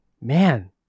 Man